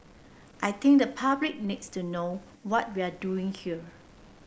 I think the public needs to know what we're doing here